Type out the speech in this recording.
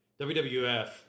WWF